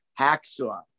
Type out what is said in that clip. Hacksaw